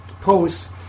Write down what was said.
posts